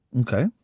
Okay